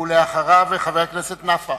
ואחריו, חבר הכנסת נפאע.